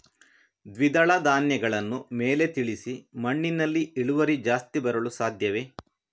ದ್ವಿದಳ ಧ್ಯಾನಗಳನ್ನು ಮೇಲೆ ತಿಳಿಸಿ ಮಣ್ಣಿನಲ್ಲಿ ಇಳುವರಿ ಜಾಸ್ತಿ ಬರಲು ಸಾಧ್ಯವೇ?